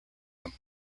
them